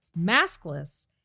maskless